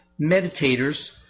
meditators